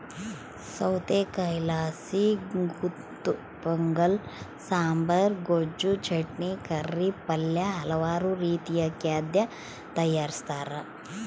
ಸೌತೆಕಾಯಿಲಾಸಿ ಗುಂತಪೊಂಗಲ ಸಾಂಬಾರ್, ಗೊಜ್ಜು, ಚಟ್ನಿ, ಕರಿ, ಪಲ್ಯ ಹಲವಾರು ರೀತಿಯ ಖಾದ್ಯ ತಯಾರಿಸ್ತಾರ